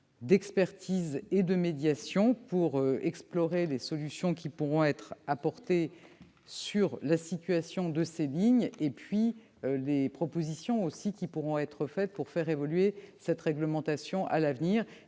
d'expertise et de médiation destinée à explorer les solutions qui pourront être apportées sur la situation de ces lignes et les propositions qui pourront être avancées pour faire évoluer la réglementation à l'avenir.